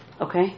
Okay